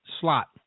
slot